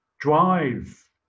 drive